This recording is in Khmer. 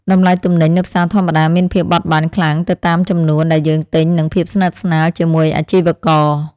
តម្លៃទំនិញនៅផ្សារធម្មតាមានភាពបត់បែនខ្លាំងទៅតាមចំនួនដែលយើងទិញនិងភាពស្និទ្ធស្នាលជាមួយអាជីវករ។